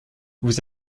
vous